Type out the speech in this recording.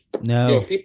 No